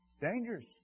dangerous